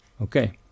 Okay